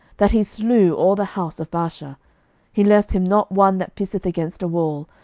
that he slew all the house of baasha he left him not one that pisseth against a wall,